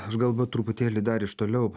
aš galbūt truputėlį dar iš toliau